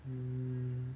hmm